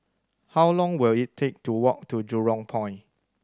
how long will it take to walk to Jurong Point